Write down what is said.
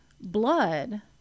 blood